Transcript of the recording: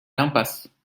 l’impasse